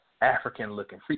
African-looking